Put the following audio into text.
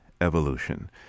evolution